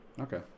Okay